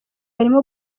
harimo